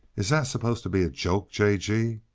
is that supposed to be a joke, j. g?